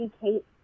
Kate